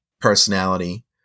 personality